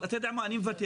אתה יודע מה, אני מוותר.